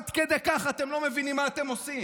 עד כדי כך אתם לא מבינים מה אתם עושים.